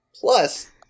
Plus